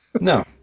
no